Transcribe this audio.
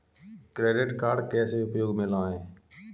Credit card कैसे उपयोग में लाएँ?